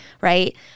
right